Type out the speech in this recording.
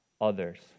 others